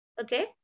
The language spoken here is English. okay